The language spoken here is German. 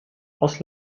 aus